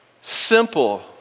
Simple